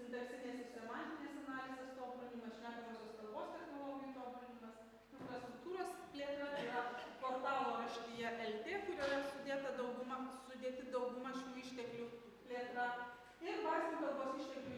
sintaksinės ir semantinės analizės tobulinimas šnekamosios kalbos technologijų tobulinimas infostruktūros plėtra tai yra portalo raštija lt kurioje sudėta dauguma sudėti dauguma šių išteklių plėtra ir bazinių kalbos išteklių